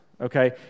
okay